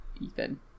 Ethan